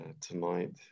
tonight